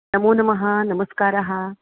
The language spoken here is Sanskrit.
नमो नमः नमस्कारः